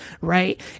Right